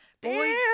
boys